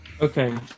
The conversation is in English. Okay